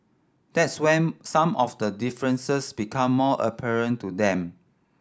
that's when some of the differences become more apparent to them